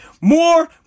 More